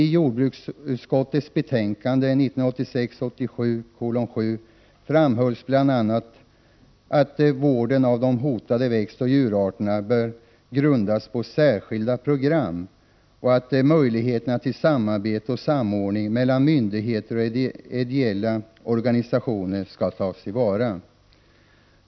I jordbruksutskottets betänkande 1986/87:7 framhölls bl.a. att vården av de hotade växtoch djurarterna bör grundas på särskilda program och att möjligheterna till samarbete och samordning mellan myndigheter och idella organisationer skall tas till vara.